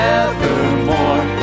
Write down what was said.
evermore